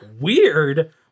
Weird